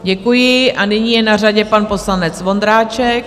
Děkuji a nyní je na řadě pan poslanec Vondráček.